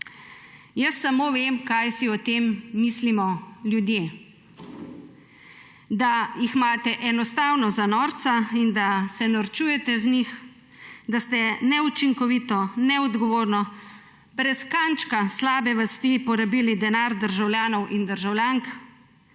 Jaz samo vem, kaj si o tem mislijo ljudje – da jih imate enostavno za norca in da se norčujete iz njih, da ste neučinkovito, neodgovorno, brez kančka slabe vesti porabili denar državljanov in državljank.